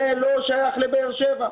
זה לא שייך לבאר שבע.